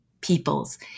peoples